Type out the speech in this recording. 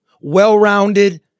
well-rounded